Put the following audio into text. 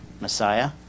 Messiah